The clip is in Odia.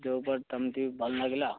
ଯେଉଁ ଭଲ ଲାଗିଲା ଆଉ